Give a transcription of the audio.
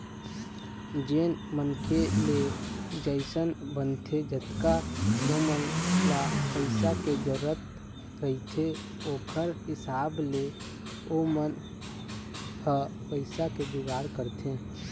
जेन मनखे ले जइसन बनथे जतका ओमन ल पइसा के जरुरत रहिथे ओखर हिसाब ले ओमन ह पइसा के जुगाड़ करथे